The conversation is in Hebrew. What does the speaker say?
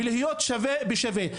ולהיות שווה בשווה,